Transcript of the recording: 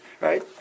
right